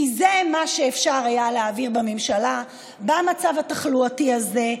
כי זה מה שאפשר היה להעביר בממשלה במצב התחלואתי הזה,